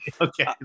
Okay